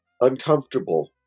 uncomfortable